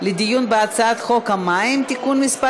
אנחנו עוברים להצעת החוק הבאה: הצעת חוק המים (תיקון מס'